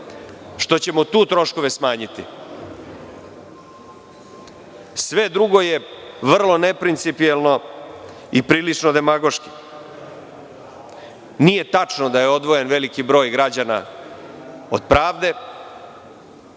sudova, troškove smanjiti. Sve drugo je vrlo neprincipijelno i prilično demagoški. Nije tačno da je odvojen veliki broj građana od pravde.